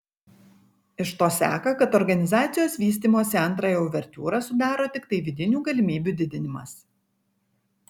iš to seka kad organizacijos vystymosi antrąją uvertiūrą sudaro tiktai vidinių galimybių didinimas